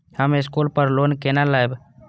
हम स्कूल पर लोन केना लैब?